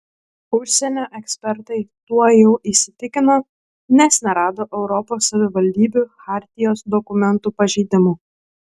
užsienio ekspertai tuo jau įsitikino nes nerado europos savivaldybių chartijos dokumentų pažeidimų